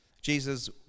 Jesus